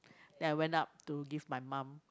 then I went up to give my mum